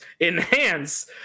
enhance